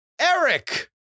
Eric